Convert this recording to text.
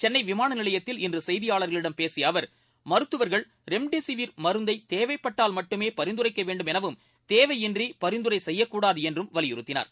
சென்னைவிமானநிலையத்தில் இன்றுசெய்தியாளர்களிடம் பேசியஅவர்மருத்துவர்கள் ரெம்டெசிவிர் ப்பு மருந்தைதேவைப்பட்டால் மட்டுமேபரிந்துரைக்கவேண்டும் எனவும் தேவையின்றிபரிந்துரைசெய்யக் கூடாதுஎன்றும் வலியுறுத்தினார்